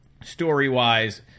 story-wise